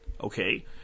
Okay